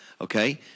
Okay